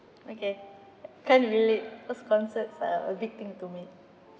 okay can't relate cause concerts are a big thing to me